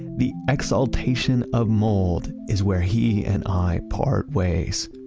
the exaltation of mold is where he and i part ways.